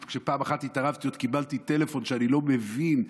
וכשפעם אחת התערבתי עוד קיבלתי טלפון שאני לא מבין,